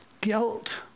guilt